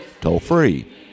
toll-free